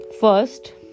first